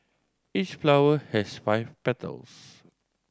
each flower has five petals